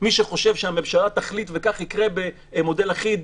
מי שחושב שהממשלה תחליט וכך יקרה במודל אחיד,